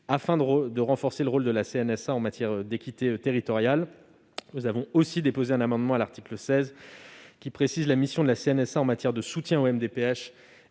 -visant à renforcer le rôle de la CNSA en matière d'équité territoriale. Nous avons également déposé un amendement tendant à préciser la mission de la CNSA en matière de soutien aux